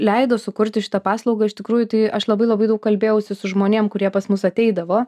leido sukurti šitą paslaugą iš tikrųjų tai aš labai labai daug kalbėjausi su žmonėm kurie pas mus ateidavo